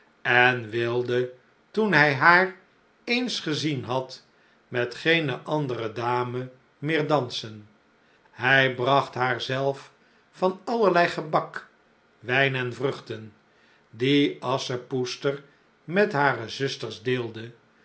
en wilde toen hij haar eens gezien had met geene andere dame meer dausen hij bragt haar zelf van allerlei gebak wijn en vruchten die asschepoester met hare zusters deelde